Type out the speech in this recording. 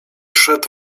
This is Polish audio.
szedł